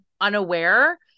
unaware